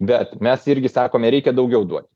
bet mes irgi sakome reikia daugiau duoti